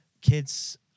kids